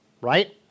Right